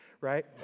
right